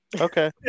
Okay